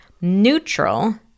neutral